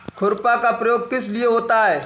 खुरपा का प्रयोग किस लिए होता है?